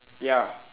ya